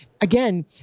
again